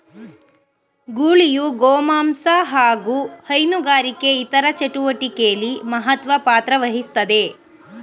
ಗೂಳಿಯು ಗೋಮಾಂಸ ಹಾಗು ಹೈನುಗಾರಿಕೆ ಇತರ ಚಟುವಟಿಕೆಲಿ ಮಹತ್ವ ಪಾತ್ರವಹಿಸ್ತದೆ